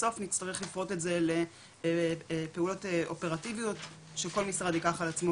בסוף נצטרך לפרוט את זה לפעולות אופרטיביות שכל משרד ייקח על עצמו